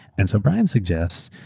and so brian suggests,